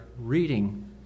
reading